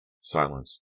Silence